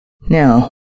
Now